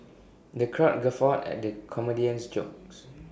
the crowd guffawed at the comedian's jokes